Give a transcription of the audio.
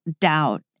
doubt